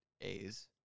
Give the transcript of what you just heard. A's